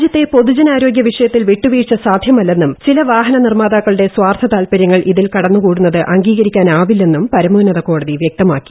രാജ്യത്തെ പൊതുജനാരോഗ്യം വിഷയത്തിൽ വിട്ടുവീഴ്ച സാധ്യമല്ലെന്നും ചില വാഹനനിർമ്മാതാക്കളുടെ സ്വാർത്ഥ താൽപര്യങ്ങൾ ഇതിൽ കടന്നുകൂടുന്നത് അംഗീകരിക്കാനാവിലെലന്നും പരമോന്നത കോടതി വൃക്തമാക്കി